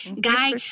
Guy